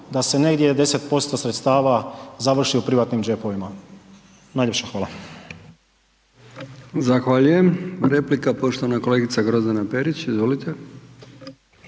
da se negdje 10% sredstava završi u privatnim džepovima? Najljepša hvala.